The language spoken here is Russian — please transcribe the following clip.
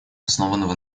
основанного